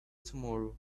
tomorrow